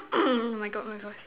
my God my God